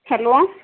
hello